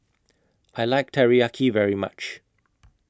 I like Teriyaki very much